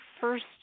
first